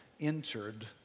entered